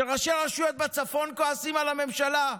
כשראשי רשויות בצפון כועסים על הממשלה?